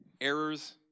errors